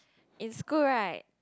it's good right